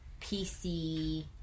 PC